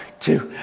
two,